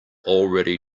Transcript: already